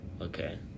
okay